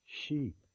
sheep